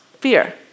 fear